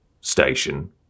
station